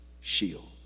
shield